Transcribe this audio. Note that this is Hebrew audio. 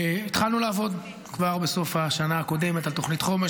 התחלנו לעבוד כבר בסוף השנה הקודמת על תוכנית חומש,